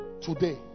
today